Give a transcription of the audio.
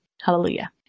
Hallelujah